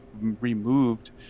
removed